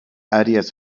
áreas